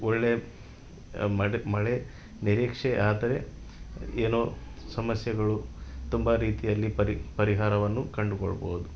ಒಳ್ಳೆ ಮಳೆ ನಿರೀಕ್ಷೆ ಆದರೆ ಏನು ಸಮಸ್ಯೆಗಳು ತುಂಬಾ ರೀತಿಯಲ್ಲಿ ಪರಿಹಾರವನ್ನು ಕಂಡುಕೊಳ್ಬೋದು